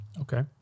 Okay